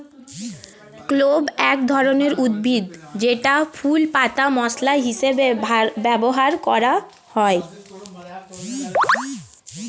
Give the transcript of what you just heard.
clove এক ধরনের উদ্ভিদ যেটার ফুল, পাতা মসলা হিসেবে ব্যবহার করা হয়